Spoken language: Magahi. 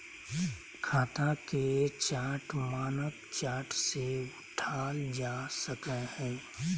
खाता के चार्ट मानक चार्ट से उठाल जा सकय हइ